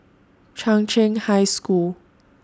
Chung Cheng High School